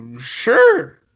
sure